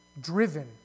driven